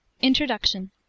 Introduction